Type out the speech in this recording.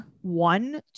One